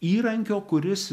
įrankio kuris